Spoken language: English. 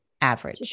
average